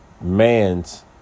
man's